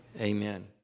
Amen